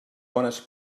bones